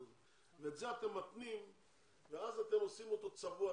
הזה ואת זה אתם מתנים ואז אתם עושים אותו צבוע,